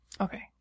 Okay